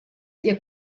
ihr